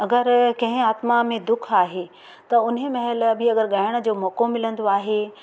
अगरि कंहिं आत्मा में दुख आहे त उन्हीअ महिल बि अगरि ॻाइण जो मौक़ो मिलंदो आहे